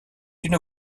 une